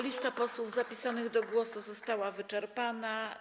Lista posłów zapisanych do głosu została wyczerpana.